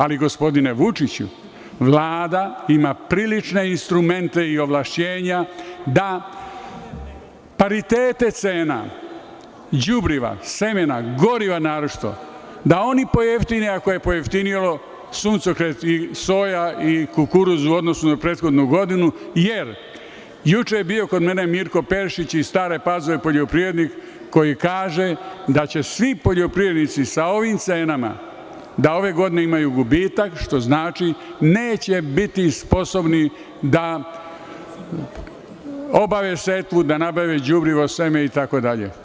Ali, gospodine Vučiću, Vlada ima prilične instrumente i ovlašćenja da paritete cena, đubriva, semena, goriva naročito, da oni pojeftine ako je pojeftinio suncokret, soja i kukuruz u odnosu na prethodnu godinu, jer juče je bio kod mene Mirko Perišić, iz Stare Pazove poljoprivrednik, koji kaže da će svi poljoprivrednici sa ovim cenama ove godine imati gubitak, što znači da neće biti sposobni da obave setvu, da nabave đubrivo, seme, itd.